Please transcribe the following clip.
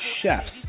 CHEFS